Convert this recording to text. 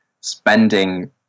spending